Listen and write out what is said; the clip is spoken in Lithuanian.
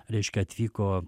reiškia atvyko